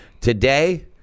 Today